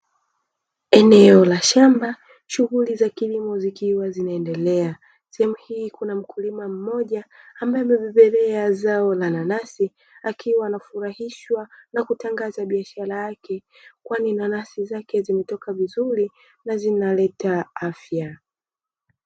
Eneo la shamba shughuli za kilimo zikiwa zinaendelea, sehemu hii kuna mkulima mmoja ambaye amebebelea zao la nanasi akiwa anafurahishwa na kutangaza biashara yake kwani nanasi zake zimetoka vizuri na zinaleta afya.